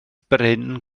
bryn